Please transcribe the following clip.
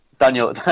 Daniel